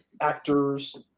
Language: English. actors